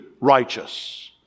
righteous